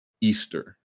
Easter